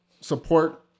support